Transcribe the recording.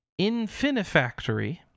Infinifactory